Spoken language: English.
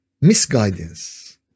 misguidance